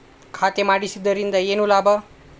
ಖಾತೆ ಮಾಡಿಸಿದ್ದರಿಂದ ಏನು ಲಾಭ?